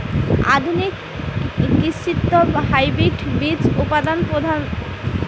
আধুনিক কৃষিত হাইব্রিড বীজ উৎপাদন প্রধান